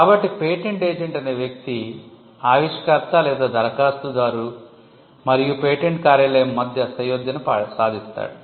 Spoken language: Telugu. కాబట్టి పేటెంట్ ఏజెంట్ అనే వ్యక్తి ఆవిష్కర్త దరఖాస్తుదారు మరియు పేటెంట్ కార్యాలయం మధ్య సయోధ్యను సాదిస్తాడు